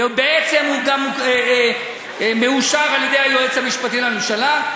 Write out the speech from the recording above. ובעצם זה גם מאושר על-ידי היועץ המשפטי לממשלה,